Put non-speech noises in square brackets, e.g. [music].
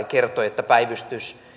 [unintelligible] kertoi että päivystys